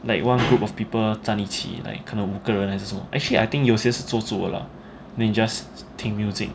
like one group of people 站一起 like 可能五个人还是什么 actually I think 有些是坐住的 lah 你 just 听 music